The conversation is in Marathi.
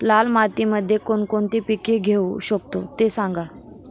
लाल मातीमध्ये कोणकोणती पिके घेऊ शकतो, ते सांगा